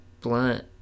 blunt